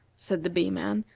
said the bee-man,